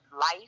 life